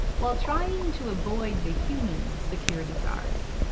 while trying to avoid the human security guards.